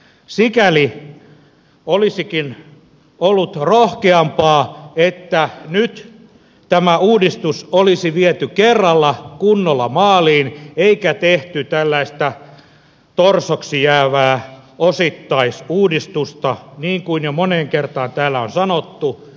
sikäli olisikin ollut rohkeampaa että nyt tämä uudistus olisi viety kerralla kunnolla maaliin eikä tehty tällaista torsoksi jäävää osittaisuudistusta niin kuin jo moneen kertaan täällä on sanottu